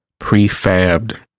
prefabbed